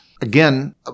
again